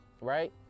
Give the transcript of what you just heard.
Right